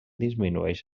disminueix